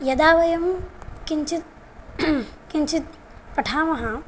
यदा वयं किञ्चित् किञ्चित् पठामः